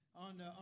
On